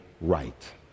right